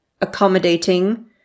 accommodating